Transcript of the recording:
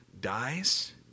dies